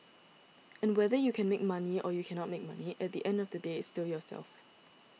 and whether you can make money or you cannot make money at the end of the day it's still yourself